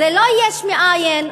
זה לא יש מאין.